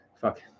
Fuck